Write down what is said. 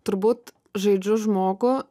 turbūt žaidžiu žmogų